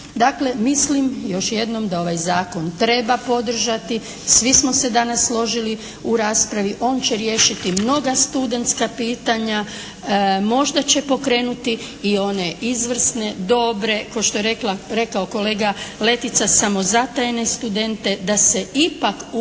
mislim još jednom da ovaj zakon treba podržati. Svi smo se danas složili u raspravi. On će riješiti mnoga studentska pitanja. Možda će pokrenuti i one izvrsne, dobre, kao što je rekao kolega Letica samozatajne studente da se ipak uključe